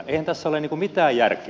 eihän tässä ole mitään järkeä